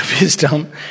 wisdom